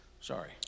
Sorry